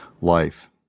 life